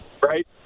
Right